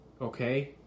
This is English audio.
Okay